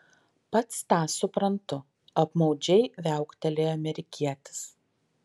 pats tą suprantu apmaudžiai viauktelėjo amerikietis